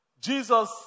Jesus